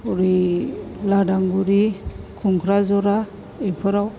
उरि लादांगुरि खुंख्राजरा बेफोराव